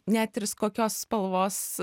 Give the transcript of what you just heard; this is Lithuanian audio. net ir skokios spalvos